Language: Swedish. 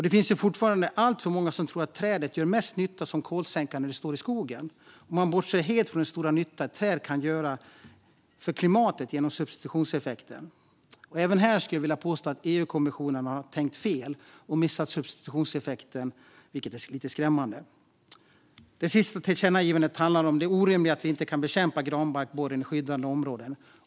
Det finns fortfarande alltför många som tror att trädet gör mest nytta som kolsänka när det står i skogen. Man bortser från den stora nytta ett träd kan göra för klimatet genom substitutionseffekten. Även här skulle jag vilja påstå att EU-kommissionen tänkt fel och missat substitutionseffekten, vilket är lite skrämmande. Det sista tillkännagivandet handlar om det orimliga att vi inte kan bekämpa granbarkborren i skyddade områden.